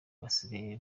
basigaye